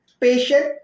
patient